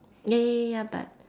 ya ya ya ya but